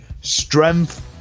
strength